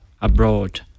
abroad